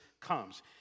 comes